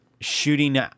shooting